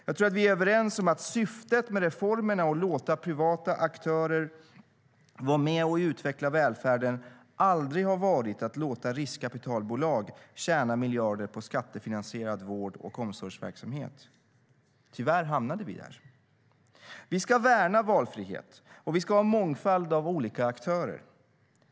Jag tror att vi är överens om att syftet med de reformer som möjliggjort för privata aktörer att vara med och utveckla välfärden aldrig har varit att låta riskkapitalbolag tjäna miljarder på skattefinansierad vård och omsorgsverksamhet. Tyvärr hamnade vi där. Vi ska värna valfriheten och ha en mångfald av olika aktörer.